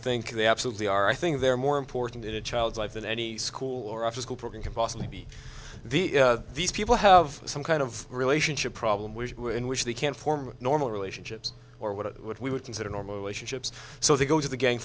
think they absolutely are i think they're more important in a child's life than any school or after school program can possibly be the these people have some kind of relationship problem which in which they can form normal relationships or what would we would consider normal relationships so they go to the ga